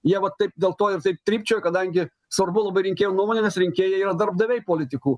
jie vat taip dėl to ir taip trypčioja kadangi svarbu labai rinkėjo nuomonėnes rinkėjai yra darbdaviai politikų